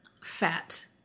fat